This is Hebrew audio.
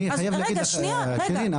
אני חייב להגיד לך שירין,